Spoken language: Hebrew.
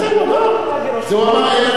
בסדר, הוא אמר.